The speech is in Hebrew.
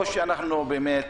או שאנחנו באמת,